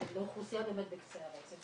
של אוכלוסייה באמת בקצה הרצף.